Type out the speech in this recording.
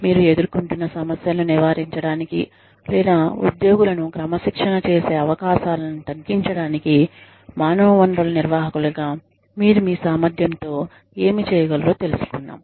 మీరు ఎదుర్కొంటున్న సమస్యలను నివారించడానికి లేదా ఉద్యోగులను క్రమశిక్షణ చేసే అవకాశాలను తగ్గించడానికి మానవ వనరుల నిర్వాహకులుగా మీరు మీ సామర్థ్యంతో ఏమి చేయగలరో తెలుసుకున్నాం